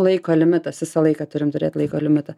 laiko limitas visą laiką turim turėt laiko limitą